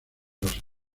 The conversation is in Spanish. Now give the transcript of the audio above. los